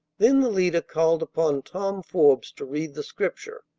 then the leader called upon tom forbes to read the scripture,